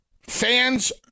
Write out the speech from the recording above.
Fans